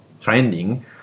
trending